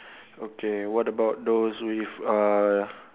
okay what about those with uh